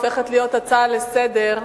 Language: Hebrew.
הופכת להיות הצעה לסדר-היום,